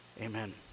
amen